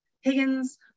Higgins